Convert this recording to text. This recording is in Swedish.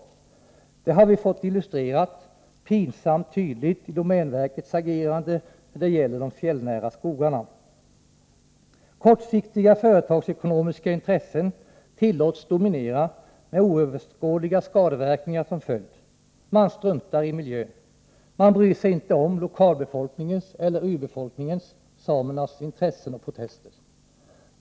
Detta har vi fått illustrerat pinsamt tydligt i domänverkets agerande när det gäller de fjällnära skogarna. Kortsiktiga företagsekonomiska intressen tillåts dominera med oöverskådliga skadeverkningar som följd. Man struntar i miljön. Man bryr sig inte om lokalbefolkningens eller urbefolkningens — samernas — intressen och protester.